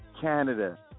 Canada